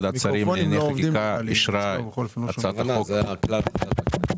יש פה התאמה של ההגדרות עצמן,